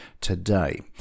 today